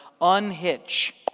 unhitch